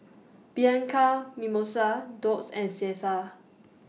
Bianco Mimosa Doux and Cesar